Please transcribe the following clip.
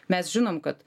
mes žinom kad